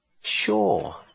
Sure